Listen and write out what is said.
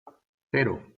cero